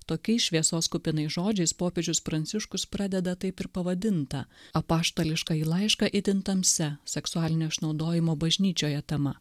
tokiais šviesos kupinais žodžiais popiežius pranciškus pradeda taip ir pavadintą apaštališkąjį laišką itin tamsia seksualinio išnaudojimo bažnyčioje tema